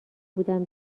بودم